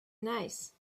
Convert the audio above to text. nice